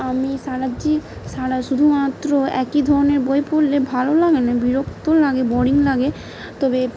আমি সারাদিন শুধুমাত্র একই ধরনের বই পড়লে ভালো লাগে না বিরক্তও লাগে বোরিং লাগে তবে